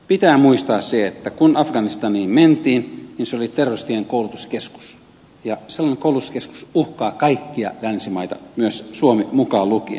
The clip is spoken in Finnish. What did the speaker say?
pitää muistaa se että kun afganistaniin mentiin se oli terroristien koulutuskeskus ja sellainen koulutuskeskus uhkaa kaikkia länsimaita myös suomi mukaan lukien